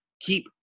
keep